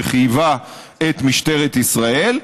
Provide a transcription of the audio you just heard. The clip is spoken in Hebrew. שחייבה את משטרת ישראל,